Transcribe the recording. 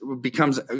becomes